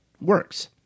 works